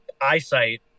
eyesight